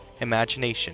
imagination